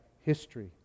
history